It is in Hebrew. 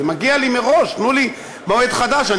מגיע לי מראש, תנו לי מועד חדש.